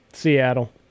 Seattle